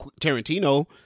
tarantino